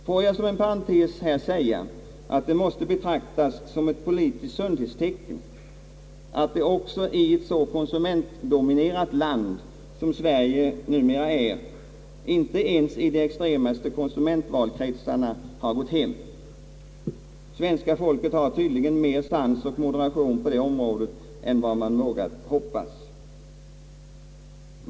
Får jag såsom en parentes säga, att det måste betraktas såsom ett politiskt sundhetstecken att denna jordbrukspolitik i ett så konsumentdominerat land som Sverige numera är inte har gått hem ens i de extremaste konsumentvalkretsarna. Det svenska folket har tydligen större sans och moderation på detta område än man har vågat hoppas.